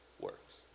works